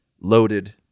loaded